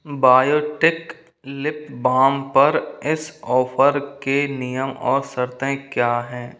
biotic lip balm पर इस offer के नियम और शर्तें क्या हैं